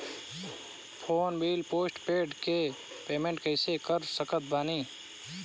Phone bill postpaid के payment कैसे कर सकत बानी?